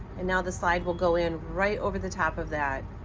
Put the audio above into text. and now the slide will go in right over the top of that.